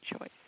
choice